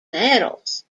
medals